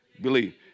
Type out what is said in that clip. believe